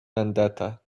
vendetta